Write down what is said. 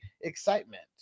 excitement